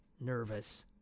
nervous